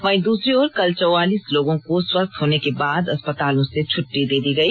वहीं दूसरी ओर कल चौवालीस लोगों को स्वस्थ होने के बाद अस्पतालों से छट्टी दे दी गई